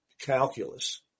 calculus